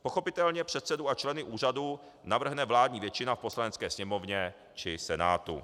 Pochopitelně předsedu a členy úřadu navrhne vládní většina v Poslanecké sněmovně či Senátu.